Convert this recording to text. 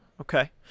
Okay